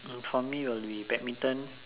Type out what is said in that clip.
for me will be badminton